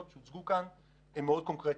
שהוצגו כאן רואים שהן מאוד קונקרטיות.